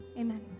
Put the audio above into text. Amen